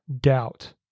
doubt